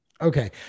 Okay